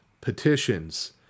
petitions